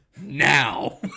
now